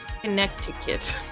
Connecticut